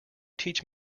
teach